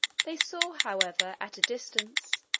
they saw, however, at a distance,